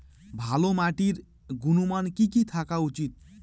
ভালো মাটির গুণমান কি কি থাকা উচিৎ?